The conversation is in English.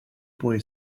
boy